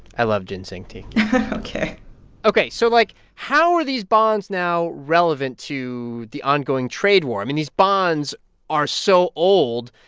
i love ginseng tea ok ok. so, like, how are these bonds now relevant to the ongoing trade war? i mean, these bonds are so old,